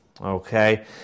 Okay